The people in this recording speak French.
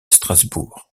strasbourg